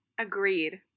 Agreed